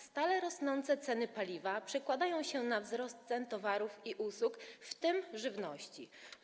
Stale rosnące ceny paliwa przekładają się na wzrost cen towarów i usług, w tym żywności.